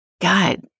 God